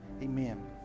amen